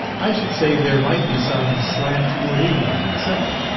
i should say there might be some slant toward england itself.